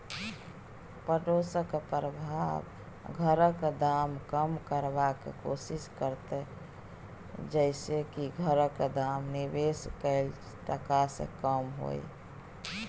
पडोसक प्रभाव घरक दाम कम करबाक कोशिश करते जइसे की घरक दाम निवेश कैल टका से कम हुए